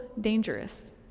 dangerous